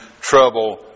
trouble